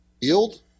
yield